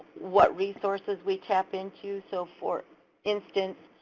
what resources we tap into. so for instance,